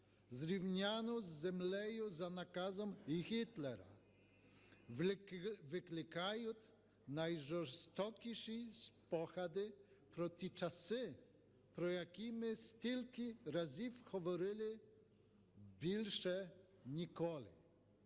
зрівняну з землею за наказом Гітлера, викликають найжорстокіші спогади про ті часи, про які ми стільки разів говорили "більше ніколи".